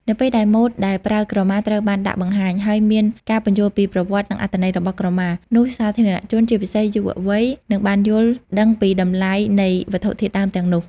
នៅពេលដែលម៉ូដដែលប្រើក្រមាត្រូវបានដាក់បង្ហាញ ហើយមានការពន្យល់ពីប្រវត្តិ និងអត្ថន័យរបស់ក្រមា នោះសាធារណជន ជាពិសេសយុវវ័យ នឹងបានយល់ដឹងពីតម្លៃនៃវត្ថុធាតុដើមទាំងនោះ។